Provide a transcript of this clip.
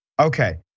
Okay